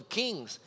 kings